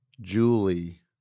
Julie